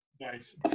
Nice